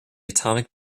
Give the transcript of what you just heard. atomic